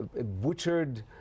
butchered